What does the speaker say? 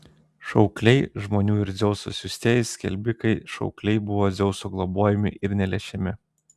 šaukliai žmonių ir dzeuso siųstieji skelbikai šaukliai buvo dzeuso globojami ir neliečiami